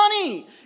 money